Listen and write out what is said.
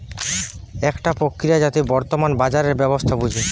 একটা প্রক্রিয়া যাতে বর্তমান বাজারের ব্যবস্থা বুঝে